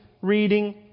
reading